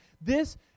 This